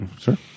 Sure